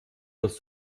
das